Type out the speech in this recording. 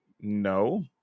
no